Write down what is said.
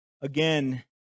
again